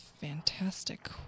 fantastic